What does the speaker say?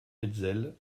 hetzel